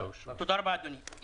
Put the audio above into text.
תודה רבה, אדוני.